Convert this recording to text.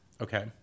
Okay